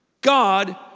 God